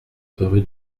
rue